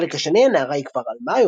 בחלק השני הנערה היא כבר עלמה,